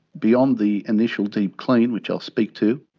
beyond the initial deep clean, which i'll speak to,